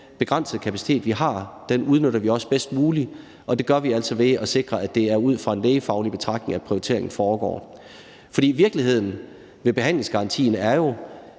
den begrænsede kapacitet, vi har, bedst muligt, og det gør vi altså ved at sikre, at det er ud fra en lægefaglig betragtning, prioriteringen foregår. For virkeligheden med behandlingsgarantien er jo,